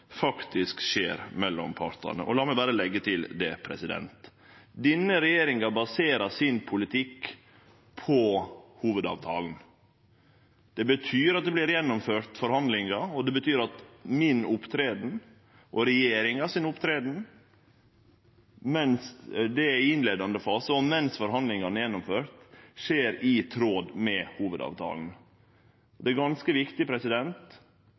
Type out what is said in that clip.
faktisk skjer mellom partane. La meg berre leggje til: Denne regjeringa baserer sin politikk på hovudavtalen. Det betyr at det vert gjennomført forhandlingar, og det betyr at mi rolle og regjeringa si rolle mens ein er i innleiande fase, og mens forhandlingane vert gjennomførte, er i tråd med hovudavtalen. Det er ganske viktig